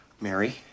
Mary